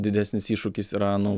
didesnis iššūkis yra nu